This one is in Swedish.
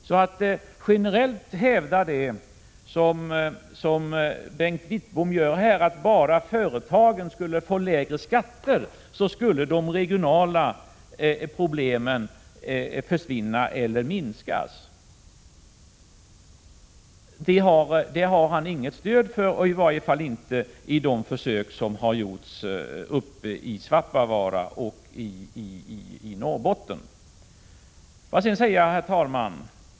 Bengt Wittbom hävdar här generellt, att om bara företagen skulle få lägre skatter, skulle de regionala problemen försvinna eller minska, men det har han inget stöd för, i varje fall inte att döma av de försök som har gjorts i Svappavaara och i Norrbotten i övrigt. Herr talman!